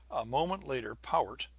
a moment later powart,